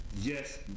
yes